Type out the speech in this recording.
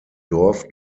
dorf